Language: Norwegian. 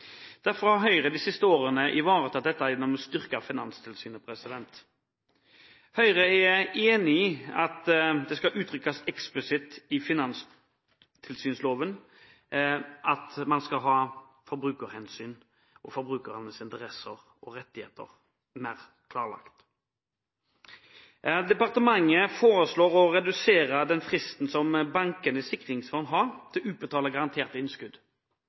Derfor har Høyre de siste årene ivaretatt dette gjennom å styrke Finanstilsynet. Høyre er enig i at det skal uttrykkes eksplisitt i finanstilsynsloven at man skal ha forbrukerhensyn og forbrukernes interesser og rettigheter mer klarlagt. Departementet foreslår å redusere den fristen Bankenes sikringsfond har til å utbetale garanterte innskudd.